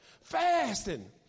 fasting